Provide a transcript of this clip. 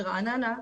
ברעננה,